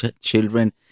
children